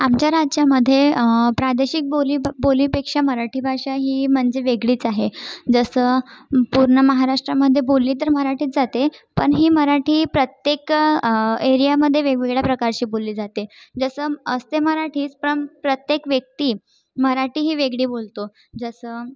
आमच्या राज्यामध्ये प्रादेशिक बोली बं बोलीपेक्षा मराठी भाषा ही म्हणजे वेगळीच आहे जसं पूर्ण महाराष्ट्रामध्ये बोलली तर मराठीच जाते पण ही मराठी प्रत्येक एरियामध्ये वेगवेगळ्या प्रकारची बोलली जाते जसं असते मराठीच प्रम प्रत्येक व्यक्ती मराठी ही वेगळी बोलतो जसं